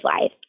life